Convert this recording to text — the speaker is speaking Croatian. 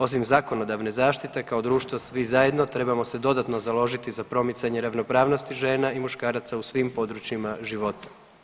Osim zakonodavne zaštite kao društvo svi zajedno trebamo se dodatno založiti za promicanje ravnopravnosti žena i muškaraca u svim područjima života.